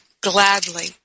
gladly